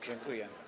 Dziękuję.